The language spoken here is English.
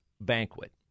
banquet